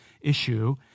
issue